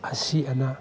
ꯑꯁꯤ ꯑꯅꯥ